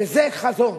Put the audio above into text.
וזה חזון.